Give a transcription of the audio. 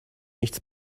nichts